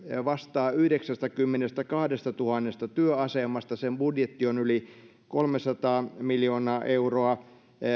vastaa yhdeksästäkymmenestäkahdestatuhannesta työasemasta ja sen budjetti on yli kolmesataa miljoonaa euroa